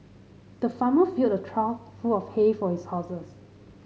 the farmer filled a trough full of hay for his horses